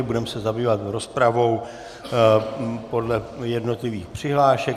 Budeme se zabývat rozpravou podle jednotlivých přihlášek.